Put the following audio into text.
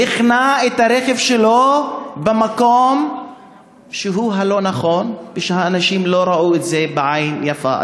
שהחנה את הרכב שלו במקום שהוא לא נכון והאנשים לא ראו את זה בעין יפה.